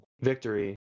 victory